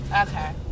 okay